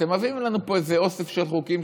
אתם מביאים לנו פה איזה אוסף של חוקים,